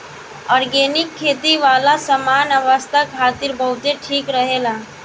organic खेती वाला सामान स्वास्थ्य खातिर बहुते ठीक रहेला